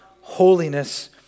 holiness